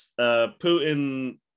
Putin